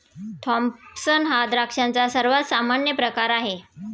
Thompson हा द्राक्षांचा सर्वात सामान्य प्रकार आहे